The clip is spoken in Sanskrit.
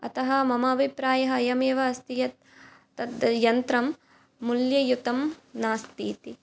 अतः मम अभिप्रायः एवमेव अस्ति यत् तद् यन्त्रं मूल्ययुतं नास्ति इति